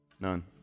None